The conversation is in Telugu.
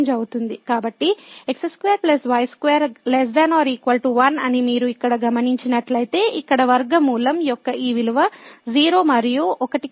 కాబట్టి x2 y2 ≤ 1 అని మీరు ఇక్కడ గమనించినట్లయితే ఇక్కడ వర్గమూలం యొక్క ఈ విలువ 0 మరియు 1 కి చెందినది